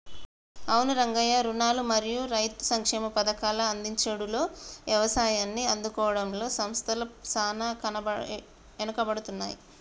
అవును రంగయ్య రుణాలు మరియు రైతు సంక్షేమ పథకాల అందించుడులో యవసాయాన్ని ఆదుకోవడంలో సంస్థల సాన ఎనుకబడుతున్నాయి